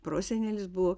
prosenelis buvo